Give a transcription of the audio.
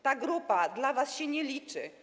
Ta grupa dla was się nie liczy.